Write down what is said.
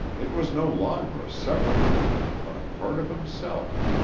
it was no longer a separate thing but a part of himself.